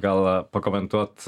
gal pakomentuot